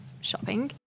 shopping